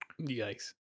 yikes